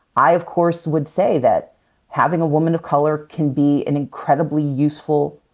i of course would say that having a woman of color can be an incredibly useful